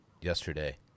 yesterday